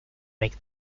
make